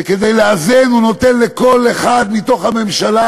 וכדי לאזן הוא נותן לכל אחד מתוך הממשלה